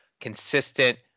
consistent